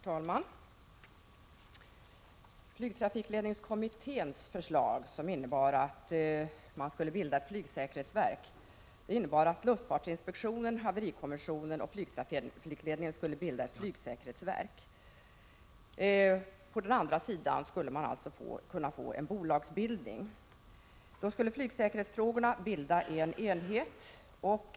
Herr talman! Flygtrafikledningskommitténs förslag om ett flygsäkerhets 7 maj 1986 verk innebar att luftfartsinspektionen, haverikommissionen och flygtrafikledningen skulle bilda ett flygsäkerhetsverk, varvid flygsäkerhetsfrågorna skulle behandlas i en enhet. På den andra sidan skulle det då finnas ett bolag.